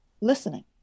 listening